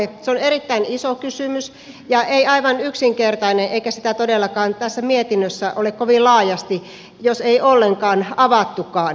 se on erittäin iso kysymys ja ei aivan yksinkertainen eikä sitä todellakaan tässä mietinnössä ole kovin laajasti jos ei ollenkaan avattukaan